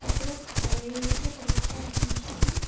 अत्र प्रवेशपरीक्षा भविष्यति